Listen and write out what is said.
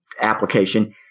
application